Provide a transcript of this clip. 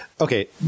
Okay